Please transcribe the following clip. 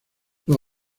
los